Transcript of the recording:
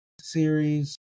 series